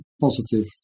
positive